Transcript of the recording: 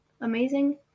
Amazing